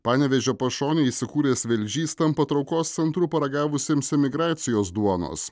panevėžio pašonėje įsikūręs velžys tampa traukos centru paragavusiems emigracijos duonos